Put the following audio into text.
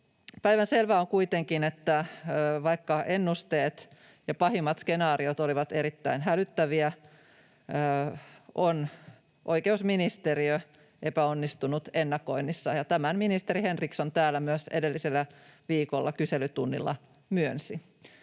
Päivänselvää on kuitenkin, että vaikka ennusteet ja pahimmat skenaariot olivat erittäin hälyttäviä, on oikeusministeriö epäonnistunut ennakoinnissa, ja tämän ministeri Henriksson täällä myös edellisellä viikolla kyselytunnilla myönsi.